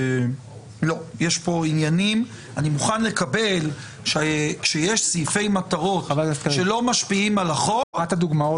אני מוכן לקבל שכשיש סעיפי מטרות שלא משפיעים על החוק --- אחת הדוגמאות